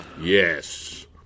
Yes